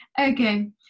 Okay